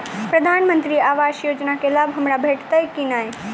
प्रधानमंत्री आवास योजना केँ लाभ हमरा भेटतय की नहि?